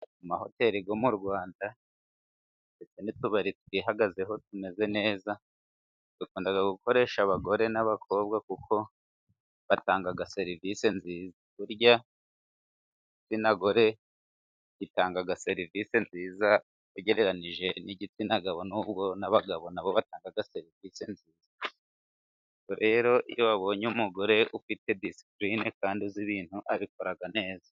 Amahoteri yo mu Rwanda ndetse n'utubari twihagazeho tumeze neza，dukunda gukoresha abagore n'abakobwa，kuko batanga serivisi nziza. Burya igitsinagore gitangaga serivisi nziza ugereranije n'igitsinagabo. N'ubwo n'abagabo nabo batanga serivise nziza. Ubwo rero iyo wabonye umugore ufite disipurine kandi uzi ibintu abikora neza.